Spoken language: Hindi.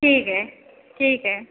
ठीक है ठीक है